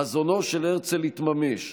חזונו של הרצל התממש,